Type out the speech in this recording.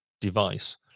device